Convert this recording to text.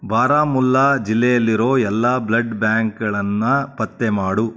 ಬಾರಾಮುಲ್ಲಾ ಜಿಲ್ಲೆಯಲ್ಲಿರೋ ಎಲ್ಲ ಬ್ಲೆಡ್ ಬ್ಯಾಂಕ್ಗಳನ್ನು ಪತ್ತೆ ಮಾಡು